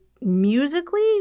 musically